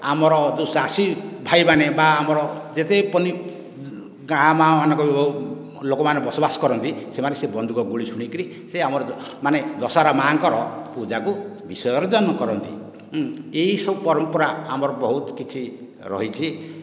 ଆମର ଯେଉଁ ଚାଷୀ ଭାଇମାନେ ବା ଆମର ଯେତେ ଗାଁ ମାନଙ୍କର ଲୋକମାନେ ବସବାସ କରନ୍ତି ସେମାନେ ସେ ବନ୍ଧୁକ ଗୁଳି ଶୁଣିକରି ଦଶହରା ମା'ଙ୍କର ପୂଜାକୁ ବିସର୍ଜନ କରନ୍ତି ଏହି ସବୁ ପରମ୍ପରା ଆମର ବହୁତ କିଛି ରହିଛି